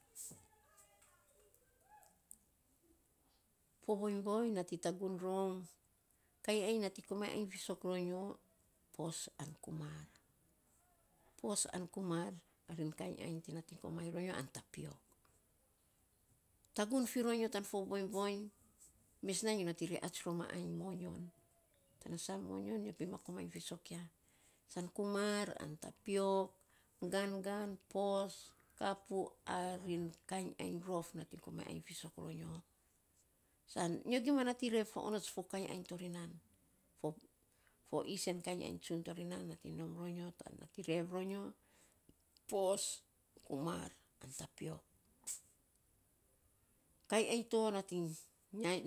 fo voinyvoiny nating tagun rom kainy ainy nating komainy ainy fisok ro nyo. Pos an kumar. Pos an kumar a rin nating komainy ro nyo an tapiok. Tagun fi ro nyo tan fo voinyvoiny mes nyo nating reats ror tan ainy moyon. Tana sa moyon nyo pin ma komainy fisok ya. San kumar an tapiok, gangan, kapo, pos arin kainy aony rof nating komainy ainy fisok ro nyo. San nyo gima rev faonots fo kainy ainy to ri nan. Fo isen kainy ainy tsun to ri nan nating nom ro nyo to nating rev ro nyo pos, kumar an tapiok. Kainy ainy to nating